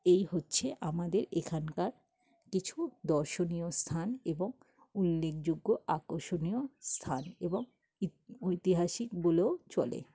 এই হচ্ছে আমাদের এখানকার কিছু দর্শনীয় স্থান এবং উল্লেখযোগ্য আকর্ষণীয় স্থান এবং ঐতিহাসিক বলেও চলে